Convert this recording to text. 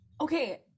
Okay